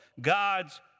God's